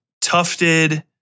tufted